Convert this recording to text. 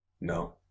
No